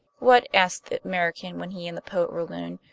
what, asked the american, when he and the poet were alone,